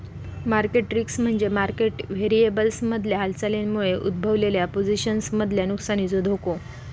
market risk म्हणजे market व्हेरिएबल्समधल्या हालचालींमुळे उद्भवलेल्या पोझिशन्समधल्या नुकसानीचो धोको